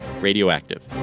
radioactive